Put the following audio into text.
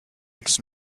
its